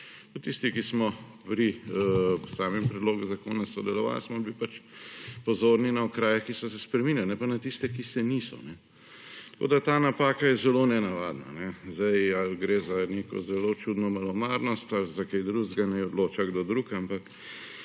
tisti, ki smo pri samem predlogu zakona sodelovali, smo bili pozorni na okraje, ki so se spreminjali, ne pa na tiste, ki se niso. Tako, da ta napaka je zelo nenavadna. Ali gre za neko zelo čudno malomarnost ali za kaj drugega naj odloča kdo drug, ampak